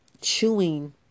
chewing